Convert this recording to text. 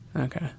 Okay